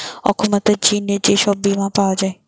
অক্ষমতার জিনে যে সব বীমা পাওয়া যায়